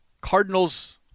Cardinals